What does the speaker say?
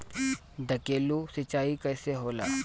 ढकेलु सिंचाई कैसे होला?